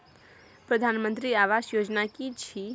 प्रधानमंत्री आवास योजना कि छिए?